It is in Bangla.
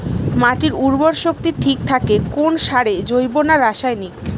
মাটির উর্বর শক্তি ঠিক থাকে কোন সারে জৈব না রাসায়নিক?